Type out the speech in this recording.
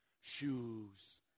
shoes